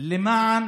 למען